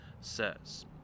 says